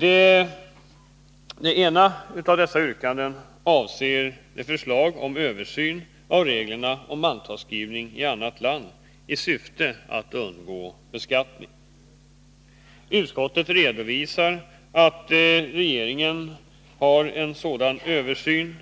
Det ena av dessa yrkanden gäller en översyn av reglerna om mantalsskrivning i annat land i syfte att undgå beskattning. Utskottet redovisar att regeringen skall låta göra en sådan översyn